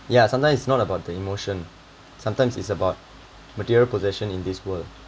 yeah sometimes it's not about the emotion sometimes it's about material possession in this world